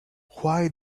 why